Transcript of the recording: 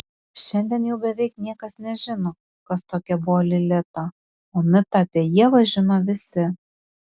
šiandien jau beveik niekas nežino kas tokia buvo lilita o mitą apie ievą žino visi